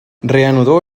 reanudó